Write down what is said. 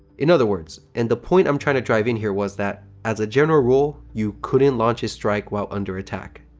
in other words. and the point i'm trying to drive in here was that, as a general rule, you couldn't launch a strike while under attack.